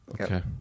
Okay